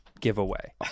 giveaway